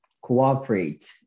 cooperate